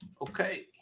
Okay